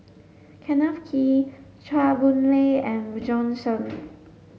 Kenneth Kee Chua Boon Lay and Bjorn Shen